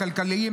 הכלכליים,